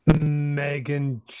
Megan